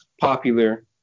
popular